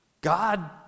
God